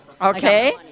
okay